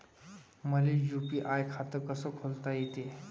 मले यू.पी.आय खातं कस खोलता येते?